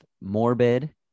Morbid